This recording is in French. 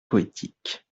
poétiques